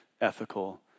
ethical